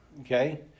okay